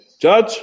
Judge